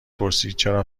پرسیدچرا